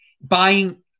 buying